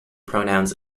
pronouns